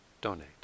donate